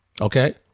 okay